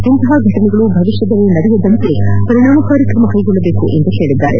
ಇಂಥ ಘಟನೆಗಳು ಭವಿಷ್ಯದಲ್ಲಿ ನಡೆಯದಂತೆ ಪರಿಣಾಮಕಾರಿ ಕ್ರಮ ಕೈಗೊಳ್ಳಬೇಕು ಎಂದು ಹೇಳಿದ್ದಾರೆ